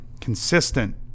consistent